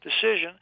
decision